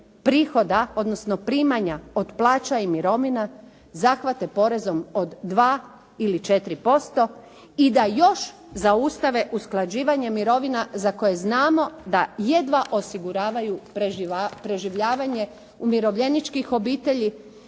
prihoda, odnosno primanja od plaća i mirovina zahvate porezom od 2 ili 4% i da još zaustave usklađivanje mirovina za koje znamo da jedva osiguravaju preživljavanje umirovljeničkih obitelji